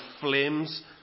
flames